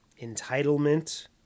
Entitlement